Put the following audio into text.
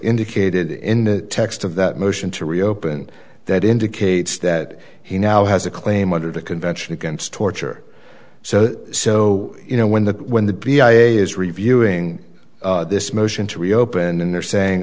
indicated in the text of that motion to reopen that indicates that he now has a claim under the convention against torture so so you know when the when the p i a s reviewing this motion to reopen and they're saying